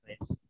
Yes